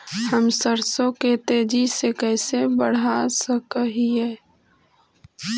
हम सरसों के तेजी से कैसे बढ़ा सक हिय?